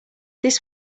this